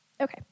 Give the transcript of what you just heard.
Okay